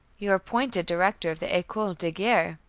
you are appointed director of the ecole de guerre.